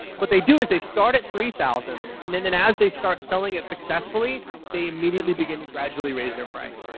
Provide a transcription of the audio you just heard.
but they do is they start at three thousand and then then as they start selling it successfully they immediately begin to gradually raise their price.